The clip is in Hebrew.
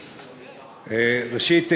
ראשית,